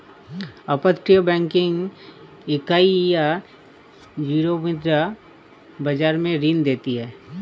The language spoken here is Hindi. अपतटीय बैंकिंग इकाइयां यूरोमुद्रा बाजार में ऋण देती हैं